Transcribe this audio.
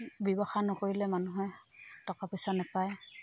ব্যৱসায় নকৰিলে মানুহে টকা পইচা নাপায়